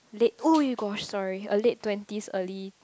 late !oi! gosh sorry uh late twenties early